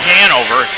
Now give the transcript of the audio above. Hanover